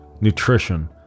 nutrition